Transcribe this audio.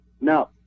no